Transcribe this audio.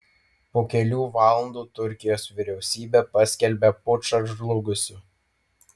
po kelių valandų turkijos vyriausybė paskelbė pučą žlugusiu